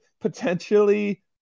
potentially